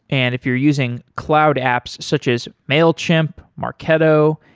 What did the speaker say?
and if you're using cloud apps such as mailchimp, marketo,